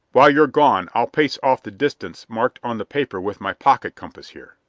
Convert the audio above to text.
while you're gone i'll pace off the distance marked on the paper with my pocket compass here.